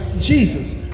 Jesus